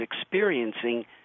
experiencing